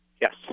Yes